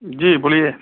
जी बोलिए